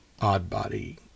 Oddbody